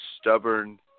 stubborn